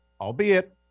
albeit